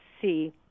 see